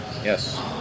Yes